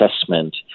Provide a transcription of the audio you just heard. assessment